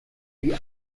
die